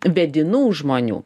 vedinų žmonių